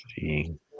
seeing